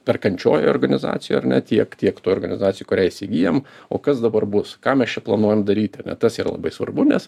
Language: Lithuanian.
perkančiojoj organizacijoj ar ne tiek tiek toj organizacijoj kurią įsigyjam o kas dabar bus ką mes čia planuojam daryti ar ne tas labai svarbu nes